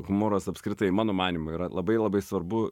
humoras apskritai mano manymu yra labai labai svarbu